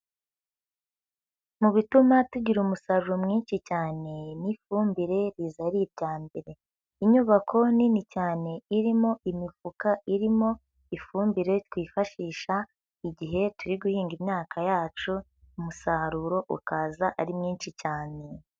Mu bituma tugira umusaruro mwinshi cyane n'ifumbire riza ari irya mbere, inyubako nini cyane irimo imifuka irimo ifumbire twifashisha igihe turi guhinga imyaka yacu umusaruro ukaza ari mwinshi cyane.